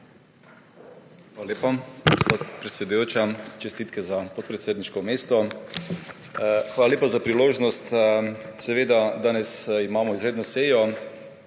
Hvala lepa, gospa predsedujoča. Čestitke za podpredsedniško mesto. Hvala lepa za priložnost. Danes imamo izredno sejo,